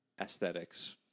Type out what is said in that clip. aesthetics